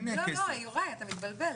יוראי, אתה מתבלבל.